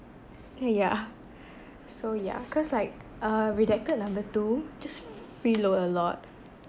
yeah so yeah cause like uh redacted number two just freeload a lot